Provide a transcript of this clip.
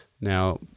now